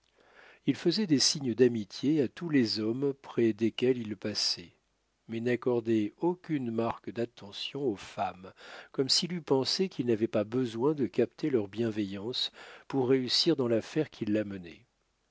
il faisait des signes d'amitié à tous les hommes près desquels il passait mais n'accordait aucune marque d'attention aux femmes comme s'il eût pensé qu'il n'avait pas besoin de capter leur bienveillance pour réussir dans l'affaire qui